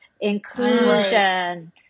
inclusion